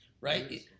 Right